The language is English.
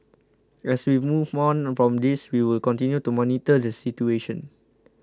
as we move on from this we will continue to monitor the situation